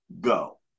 go